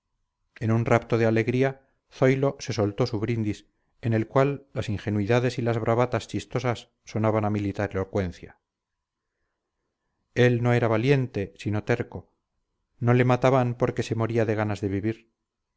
en un rapto de alegría zoilo se soltó su brindis en el cual las ingenuidades y las bravatas chistosas sonaban a militar elocuencia él no era valiente sino terco no le mataban porque se moría de ganas de vivir